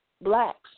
blacks